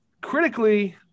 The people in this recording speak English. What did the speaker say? critically